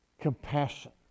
compassion